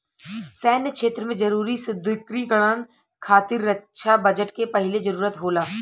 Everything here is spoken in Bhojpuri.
सैन्य क्षेत्र में जरूरी सुदृढ़ीकरन खातिर रक्षा बजट के पहिले जरूरत होला